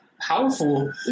powerful